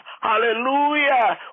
hallelujah